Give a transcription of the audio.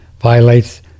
violates